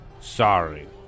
sorry